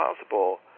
possible